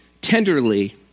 tenderly